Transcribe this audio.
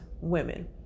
women